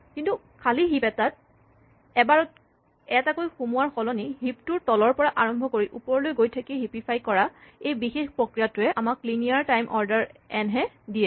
কিন্তু খালী হিপ এটাত এবাৰত এটাকৈ সোমোৱাৰ সলনি হিপ টোৰ তলৰ পৰা আৰম্ভ কৰি ওপৰলৈ গৈ থাকি হিপিফাই কৰা এই বিশেষ প্ৰক্ৰিয়াটোৱে আমাক লিনিয়াৰ টাইম অৰ্ডাৰ এন হে দিয়ে